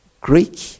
Greek